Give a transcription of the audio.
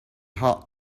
hard